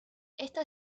esta